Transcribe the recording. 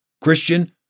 Christian